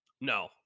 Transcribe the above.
No